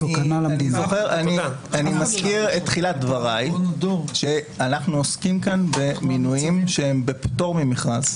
אני מזכיר את תחילת דבריי שאנחנו עוסקים כאן במינויים שהם בפטור ממכרז.